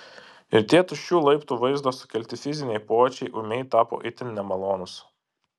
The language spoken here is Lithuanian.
ir tie tuščių laiptų vaizdo sukelti fiziniai pojūčiai ūmai tapo itin nemalonūs